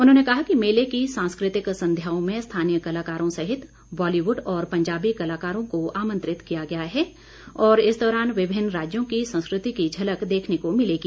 उन्होंने कहा कि मेले की सांस्कृतिक संध्याओं में स्थानीय कलाकारों सहित बॉलीवुड और पंजाबी कलाकारों को आमंत्रित किया गया है और इस दौरान विभिन्न राज्यों की संस्कृति की झलक देखने को मिलेगी